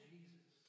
Jesus